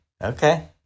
Okay